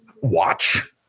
watch –